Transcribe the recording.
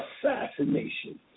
assassination